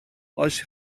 oes